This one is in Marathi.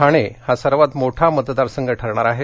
ठाणे हा सर्वात मोठा मतदारसंघ ठरणार आहे